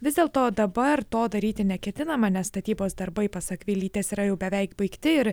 vis dėlto dabar to daryti neketinama nes statybos darbai pasak vilytės yra jau beveik baigti ir